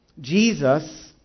Jesus